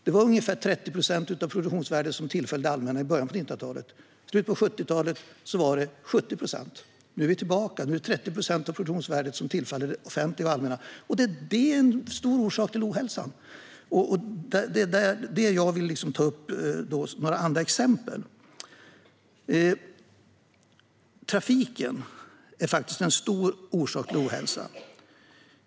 Det var ungefär 30 procent av produktionsvärdet som tillföll det allmänna i början av 1900-talet, och i slutet av 70-talet var det 70 procent. Nu är vi tillbaka, och det är nu 30 procent av produktionsvärdet som tillfaller det offentliga och det allmänna. Detta är en stor orsak till ohälsan. Jag vill ta upp några andra exempel. Trafiken är en stor orsak till ohälsan.